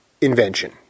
invention